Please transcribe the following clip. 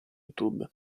youtube